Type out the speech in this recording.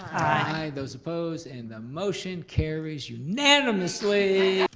aye. those opposed, and the motion carries unanimously.